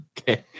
okay